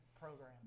program